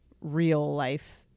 real-life